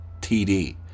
TD